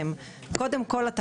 קודם כל,